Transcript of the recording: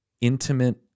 intimate